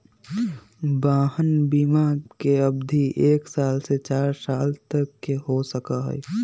वाहन बिमा के अवधि एक साल से चार साल तक के हो सका हई